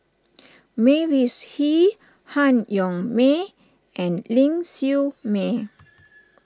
Mavis Hee Han Yong May and Ling Siew May